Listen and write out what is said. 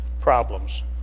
Problems